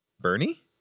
Bernie